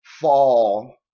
fall